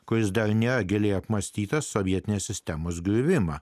kuris delne giliai apmąstytas sovietinės sistemos griuvimą